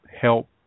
help